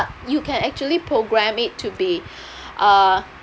you can actually program it to be uh